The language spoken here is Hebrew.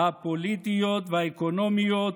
הפוליטיות והאקונומיות